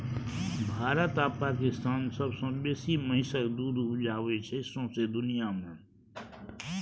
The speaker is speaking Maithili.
भारत आ पाकिस्तान सबसँ बेसी महिषक दुध उपजाबै छै सौंसे दुनियाँ मे